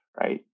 right